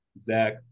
Zach